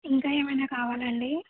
ఇంకా ఏమైనా కావాలా అండి